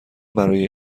برای